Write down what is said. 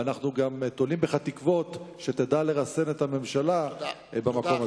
ואנחנו גם תולים בך תקוות שתדע לרסן את הממשלה במקום הזה.